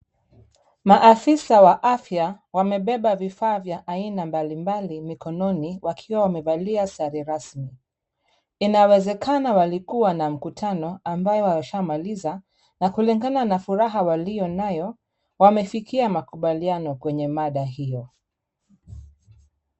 Maafisa wa afya wamebeba vifaa vya aina mbalimbali mikononi, wakiwa wamevalia sare rasmi. Inawezekana walikuwa na mkutano ambayo washamaliza na kulingana na furaha waliyo nayo, wamefikia makubaliano kwenye mada hiyo.